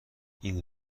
این